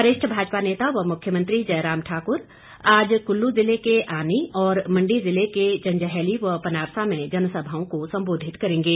वरिष्ठ भाजपा नेता व मुख्यमंत्री जयराम ठाकुर आज कुल्लू जिले के आनी और मंडी के जंजैहली व पनारसा में जनसभाओं को संबोधित करेंगे